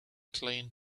cleaned